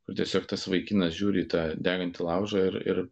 kur tiesiog tas vaikinas žiūri į tą degantį laužą ir ir